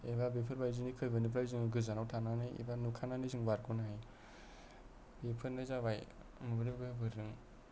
एबा बेफोरबादि खैफोदनिफ्राय जोङो गोजानाव थानानै एबा नुखानानै जोङो बारग'नो हायो बेफोरनो जाबाय मोब्लिब गोहोफोरनि